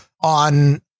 on